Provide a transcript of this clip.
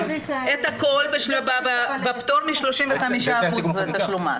--- את הכול בפטור מ-35% תשלום מס.